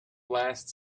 last